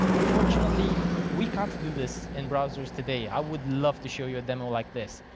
unfortunately we can't do this in browsers today. i would love to show you a demo like this,